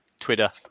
Twitter